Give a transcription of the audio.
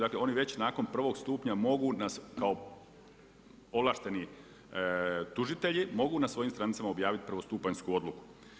Dakle, oni već nakon prvog stupnja mogu kao ovlašteni tužitelji mogu na svojim stranicama objaviti prvostupanjsku odluku.